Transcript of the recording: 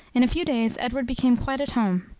in a few days, edward became quite at home.